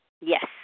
Yes